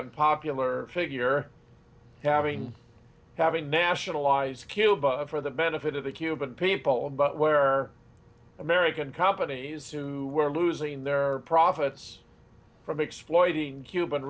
unpopular figure having having nationalized killed for the benefit of the cuban people where american companies who were losing their profits from exploiting cuban